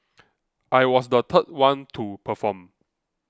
I was the third one to perform